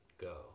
go